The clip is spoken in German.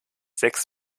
sechs